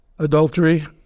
adultery